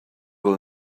will